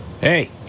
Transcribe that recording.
Hey